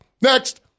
Next